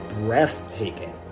breathtaking